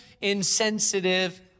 insensitive